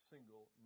single